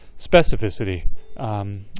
specificity